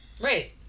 Right